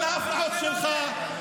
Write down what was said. כל ההפרעות שלך,